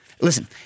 Listen